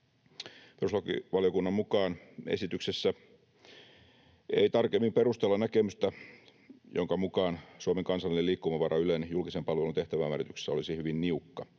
Perustuslakivaliokunnan mukaan esityksessä ei tarkemmin perustella näkemystä, jonka mukaan Suomen kansallinen liikkumavara Ylen julkisen palvelun tehtävän määrityksessä olisi hyvin niukka: